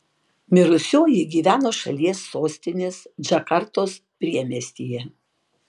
mirusioji gyveno šalies sostinės džakartos priemiestyje